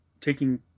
taking